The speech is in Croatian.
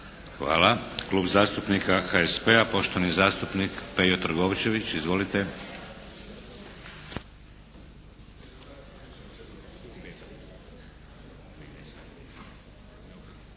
Hvala. Klub zastupnika HSP-a, poštovani zastupnik Pejo Trgovčević. Izvolite.